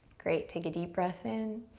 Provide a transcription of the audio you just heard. great, take a deep breath in.